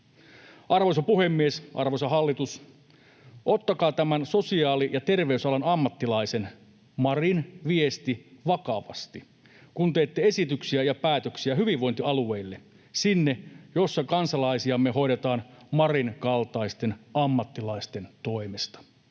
Arvoisa puhemies! Arvoisa hallitus! Ottakaa tämän sosiaali- ja terveysalan ammattilaisen, Marin, viesti vakavasti, kun teette esityksiä ja päätöksiä hyvinvointialueille, sinne, missä kansalaisiamme hoidetaan Marin kaltaisten ammattilaisten toimesta.